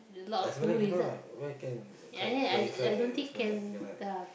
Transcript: Esplanade cannot where can kite flying kite at Esplanade cannot